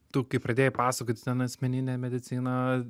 tu kai pradėjai pasakoti ten asmeninė medicina